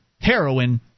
Heroin